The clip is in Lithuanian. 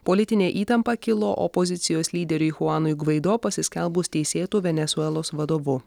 politinė įtampa kilo opozicijos lyderiui chuanui gvaido pasiskelbus teisėtu venesuelos vadovu